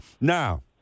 Now